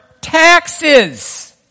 taxes